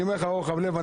אני אומר לך, רוחב לב.